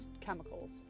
chemicals